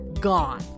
Gone